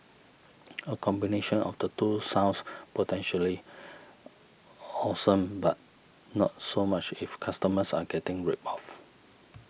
a combination of the two sounds potentially awesome but not so much if customers are getting ripped off